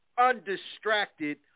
undistracted